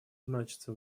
значатся